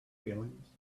feelings